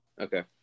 Okay